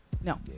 No